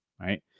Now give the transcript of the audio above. right